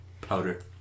Powder